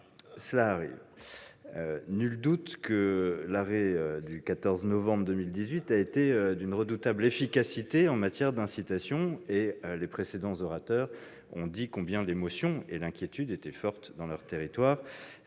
grand comique ! Nul doute que l'arrêt du 14 novembre 2018 a été d'une redoutable efficacité en matière d'incitation-les précédents orateurs ont dit combien l'émotion et l'inquiétude étaient fortes dans leur territoire.